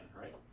right